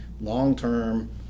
long-term